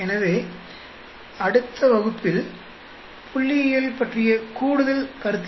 எனவே அடுத்த வகுப்பில் புள்ளியியல் பற்றிய கூடுதல் கருத்தியல்களைத் தொடருவோம்